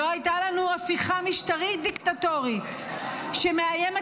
לא הייתה לנו הפיכה משטרית דיקטטורית שמאיימת